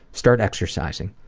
start exercising.